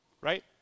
right